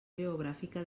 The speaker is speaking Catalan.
geogràfica